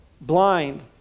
blind